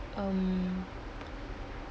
um